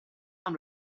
amb